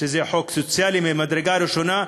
זה חוק סוציאלי ממדרגה ראשונה.